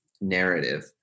narrative